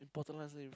important life lesson